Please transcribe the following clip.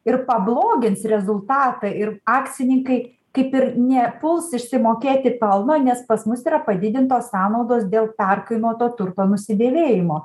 ir pablogins rezultatą ir akcininkai kaip ir nepuls išsimokėti pelno nes pas mus yra padidintos sąnaudos dėl perkainoto turto nusidėvėjimo